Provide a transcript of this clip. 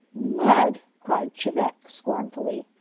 mud! cried chebec scornfully.